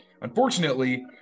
Unfortunately